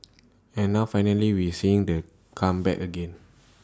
and now finally we're seeing the come back again